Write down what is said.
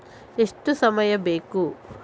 ಎಷ್ಟು ಸಮಯ ಬೇಕು?